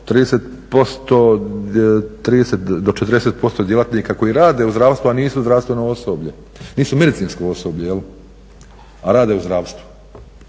30% do 40% djelatnika koji rade u zdravstvu, a nisu zdravstveno osoblje, nisu medicinsko osoblje jel', a rade u zdravstvu.